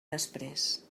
després